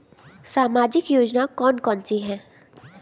सामाजिक योजना कौन कौन सी हैं?